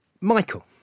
Michael